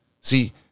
See